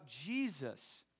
Jesus